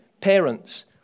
parents